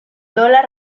dólar